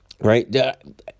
Right